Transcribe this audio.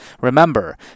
Remember